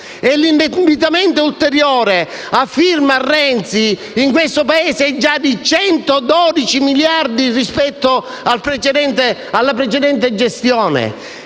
e l'indebitamento ulteriore, a firma Renzi, in questo Paese è già di 112 miliardi rispetto alla precedente gestione.